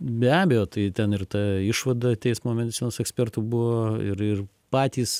be abejo tai ten ir ta išvada teismo medicinos ekspertų buvo ir ir patys